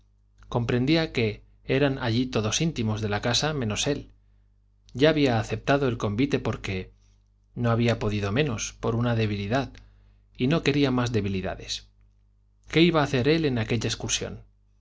comprendía que eran allí todos íntimos de la casa menos él ya había aceptado el convite porque no había podido menos por una debilidad y no quería más debilidades qué iba a hacer él en aquella excursión